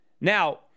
Now